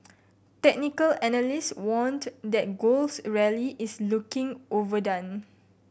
technical analyst warned that gold's rally is looking overdone